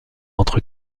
entre